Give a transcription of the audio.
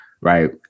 Right